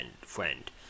friend